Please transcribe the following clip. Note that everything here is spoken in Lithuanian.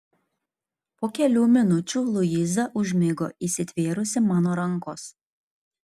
po kelių minučių luiza užmigo įsitvėrusi mano rankos